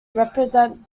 represent